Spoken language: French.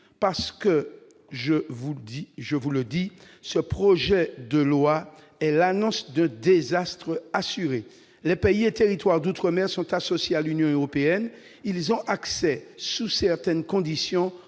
Je vous le dis, ce projet de loi est l'annonce de désastres assurés. Les pays et territoires d'outre-mer sont associés à l'Union européenne. Ils ont accès, sous certaines conditions,